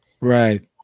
Right